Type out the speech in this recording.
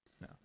No